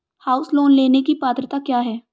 House loan लेने की पात्रता क्या है?